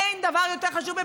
אין דבר יותר חשוב.